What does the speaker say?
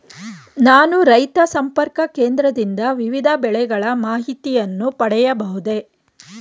ನಾನು ರೈತ ಸಂಪರ್ಕ ಕೇಂದ್ರದಿಂದ ವಿವಿಧ ಬೆಳೆಗಳ ಮಾಹಿತಿಯನ್ನು ಪಡೆಯಬಹುದೇ?